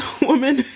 woman